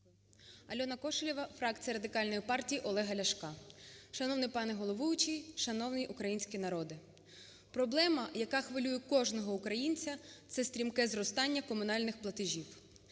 Альона Кошелєва, фракція Радикальної партії Олега Ляшка. Шановний пане головуючий, шановний український народе! Проблема, яка хвилює кожного українця, це стрімке зростання комунальних платежів.